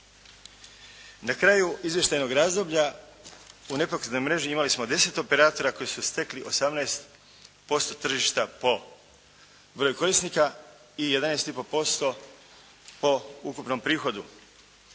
Na kraju izvještajnog razdoblja u nepokretnoj mreži imali smo deset operatora koji su stekli 18% tržišta po broju korisnika i 11,5% po ukupnom prihodu.